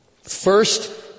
first